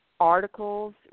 Articles